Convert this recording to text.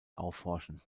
aufhorchen